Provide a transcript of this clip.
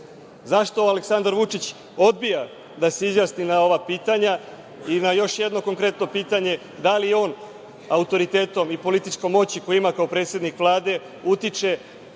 SNS?Zašto Aleksandar Vučić odbija da se izjasni na ova pitanja, i na još jedno konkretno pitanje – da li on autoritetom i političkom moći koju ima kao predsednik Vlade utiče